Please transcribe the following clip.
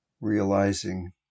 realizing